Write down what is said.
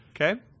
okay